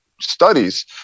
studies